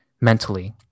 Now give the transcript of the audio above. mentally